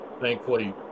Thankfully